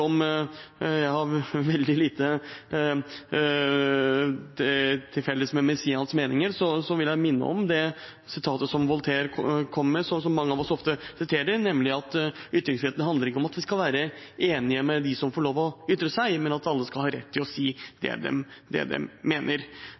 om jeg har veldig lite til felles med SIANs meninger, vil jeg minne om det Voltaire sa, som mange av oss ofte siterer, nemlig at ytringsfriheten handler ikke om at man skal være enig med dem som får lov til å ytre seg, men at alle skal ha rett til å si